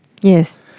Yes